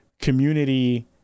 community